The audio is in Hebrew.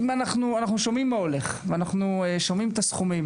אנחנו שומעים מה הולך ואנחנו שומעים את הסכומים